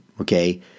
okay